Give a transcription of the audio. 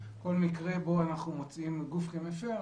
כל מקרה בו אנחנו מוצאים גוף כמפר,